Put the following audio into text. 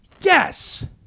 Yes